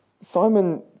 Simon